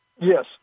Yes